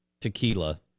tequila